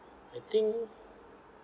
I think